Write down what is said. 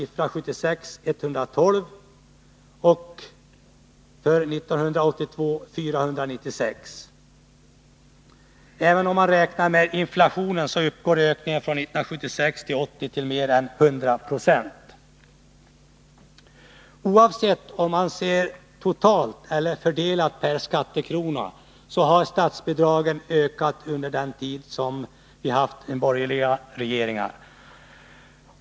för 1982. För Även om man räknar med inflationen uppgår ökningen från 1976 till 1982 till mer än 100 96. Oavsett om man ser totalt eller fördelat per skattekrona har statsbidragen ökat under den tid som vi har haft borgerliga regeringar.